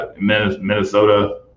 Minnesota –